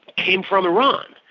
came from iran.